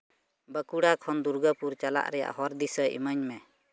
ᱵᱟᱸᱠᱩᱲᱟ ᱠᱷᱚᱱ ᱫᱩᱨᱜᱟᱯᱩᱨ ᱪᱟᱞᱟᱜ ᱨᱮᱭᱟᱜ ᱦᱚᱨ ᱫᱤᱥᱟᱹ ᱮᱢᱟᱹᱧ ᱢᱮ